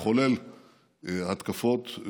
מחולל התקפות,